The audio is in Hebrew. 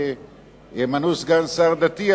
ימנו סגן שר דתי,